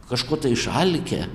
kažko išalkę